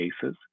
cases